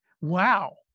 Wow